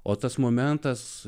o tas momentas